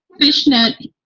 fishnet